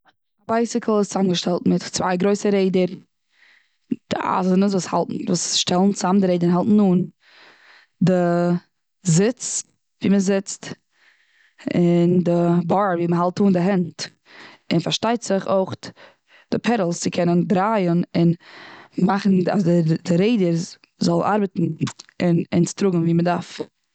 א בייסיקל איז צוזאמגעשטעלט פון צוויי גרויסע רעדער, מיט אייזענעס וואס האלטן, וואס שטעלן צוזאם די רעדער און האלטן אן די זיץ ווי מ'זיצט און די באר ווי מ'האלט אן די הענט, און פארשטייט זיך אויכעט די פעדעלס צו קענען דרייען און מאכן אז די די רעדער זאלן ארבעטן און אונז טראגן ווי מ'דארף.